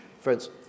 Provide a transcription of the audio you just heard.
Friends